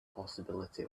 possibility